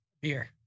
Beer